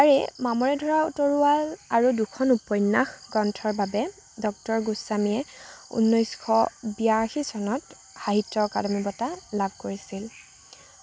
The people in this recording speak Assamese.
তাৰে মামৰে ধৰা তৰোৱাল আৰু দুখন উপন্যাস গ্ৰন্থৰ বাবে ডক্টৰ গোস্বামীয়ে ঊনৈছশ বিয়াশী চনত সাহিত্য অকাডেমি বঁটা লাভ কৰিছিল